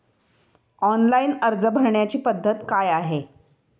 Online अर्ज भरण्याची पद्धत काय आहे?